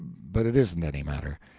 but it isn't any matter.